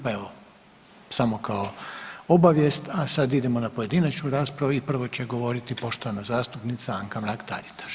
Pa evo, samo kao obavijest, a sad idemo na pojedinačnu raspravu i prvo će govoriti poštovana zastupnica Anka Mrak Taritaš.